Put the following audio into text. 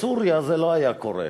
בסוריה זה לא היה קורה,